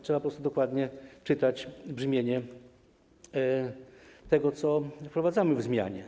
Trzeba dokładnie czytać brzmienie tego, co wprowadzamy w zmianie.